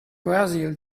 brazil